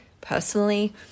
personally